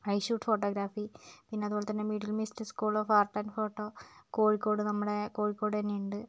I shoot photography പിന്നതുപോലെ തന്നെ Middle East School of Art and Photo Kozhikode നമ്മുടെ കോഴിക്കോട് തന്നെ ഉണ്ട്